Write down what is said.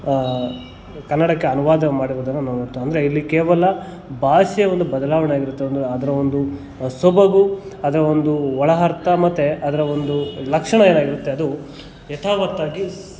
ಕನ್ನಡಕ್ಕೆ ಅನುವಾದ ಮಾಡಿರೋದನ್ನು ನಾವು ನೋಡ್ತೀವಿ ಅಂದರೆ ಇಲ್ಲಿ ಕೇವಲ ಭಾಷೆ ಒಂದು ಬದಲಾವಣೆಯಾಗಿರುತ್ತೆ ಒಂದು ಅದರ ಒಂದು ಸೊಬಗು ಅದರ ಒಂದು ಒಳ ಅರ್ಥ ಮತ್ತೆ ಅದರ ಒಂದು ಲಕ್ಷಣ ಏನಾಗಿರುತ್ತೆ ಅದು ಯಥಾವತ್ತಾಗಿ